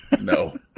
No